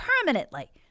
permanently